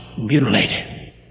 mutilated